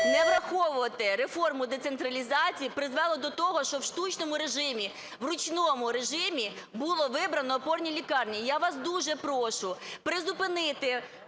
не враховувати реформу децентралізації, призвело до того, що в штучному режимі, в ручному режимі було вибрано опорні лікарні. Я вас дуже прошу призупинити